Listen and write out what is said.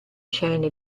scene